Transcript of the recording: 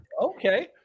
Okay